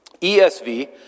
ESV